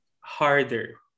harder